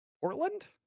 Portland